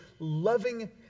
Loving